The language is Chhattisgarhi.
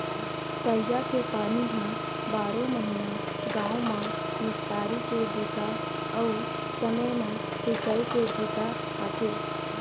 तरिया के पानी ह बारो महिना गाँव म निस्तारी के बूता अउ समे म सिंचई के बूता आथे